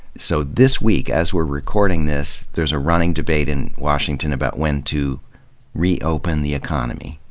so this week, as we're recording this, there's a running debate in washington about when to re-open the economy.